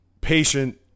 Patient